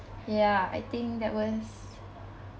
ya I think that was